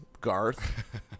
Garth